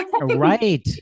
Right